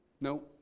No